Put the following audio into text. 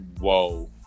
whoa